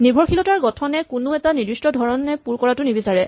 নিৰ্ভৰশীলতাৰ গঠনে কোনো এটা নিৰ্দিষ্ট ধৰণে পুৰ কৰাটো নিবিচাৰে